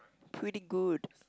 pretty good